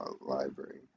library